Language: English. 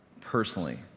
Personally